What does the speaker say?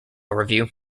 review